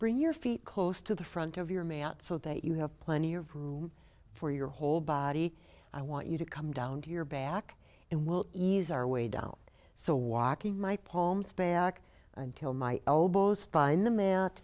bring your feet close to the front of your me out so that you have plenty of room for your whole body i want you to come down to your back and we'll ease our way down so walking my palms back until my elbows find the man th